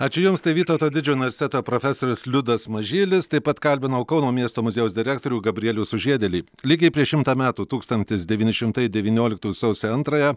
ačiū jums tai vytauto didžiojo universiteto profesorius liudas mažylis taip pat kalbinau kauno miesto muziejaus direktorių gabrielių sužiedėlį lygiai prieš šimtą metų tūkstantis devyni šimtai devynioliktų sausio antrąją